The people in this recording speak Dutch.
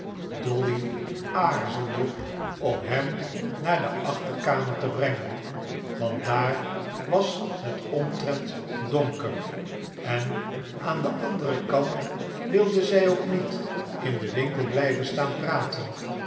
dolly aarzelde om hem naar de achterkamer te brengen want daar was het omtrent donker en aan den anderen kant wilde zij ook niet in den winkel blijven staan praten